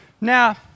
Now